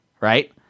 right